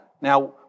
Now